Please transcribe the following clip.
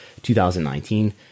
2019